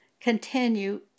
continue